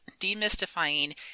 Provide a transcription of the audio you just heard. Demystifying